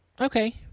Okay